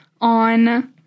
on